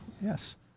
yes